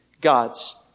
God's